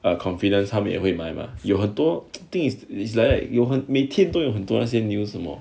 ah confidence 他们也会买吗有很多 thing is it's like 有很多每天都有很多那些 news 的吗